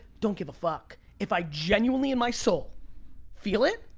don't give a fuck. if i genuinely in my soul feel it,